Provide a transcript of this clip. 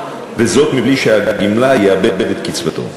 בלי שהגמלאי יאבד את קצבתו,